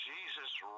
Jesus